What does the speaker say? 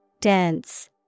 Dense